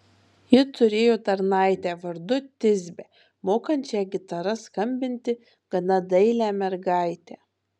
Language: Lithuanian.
ji turėjo tarnaitę vardu tisbę mokančią gitara skambinti gana dailią mergaitę